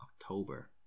October